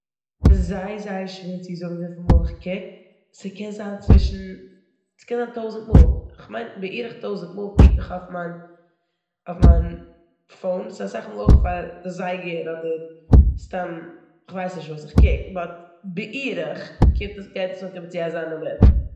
זייער זייער שווער צו זאגן וויפיל מאל איך קוק. ס'קען זיין צווישן- ס'קען זיין טויזנט מאל. כ'מיין בערך טויזנט מאל קוק איך אויף מיין- אויף מיין פאון. ס'איז אויך מאל אויך פאר די זיגער אדער סתם כ'ווייס נישט וואס, איך קוק, באט בערך קומט עס- גייט עס אנקומען צו אזא נומער.